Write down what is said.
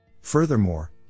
Furthermore